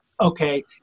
okay